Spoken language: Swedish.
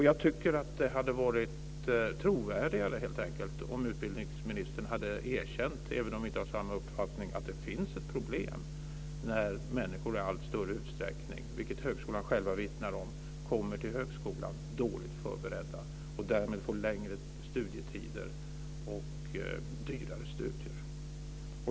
Jag tycker att det helt enkelt hade varit trovärdigare om utbildningsministern, även om vi inte har samma uppfattning, hade erkänt att det är ett problem när människor i allt större utsträckning - vilket högskolorna själva vittnar om - kommer till högskoleutbildningen dåligt förbereddda och därmed får längre studietider och dyrare studier.